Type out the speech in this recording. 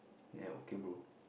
ya okay bro